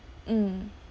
mm